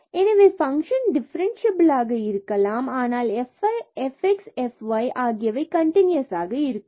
எனவே பங்க்ஷன் டிஃபரன்ஸ்சியபிலாக இருக்கலாம் ஆனால் fx மற்றும் fy ஆகியவை கண்டினுயசாக இருக்காது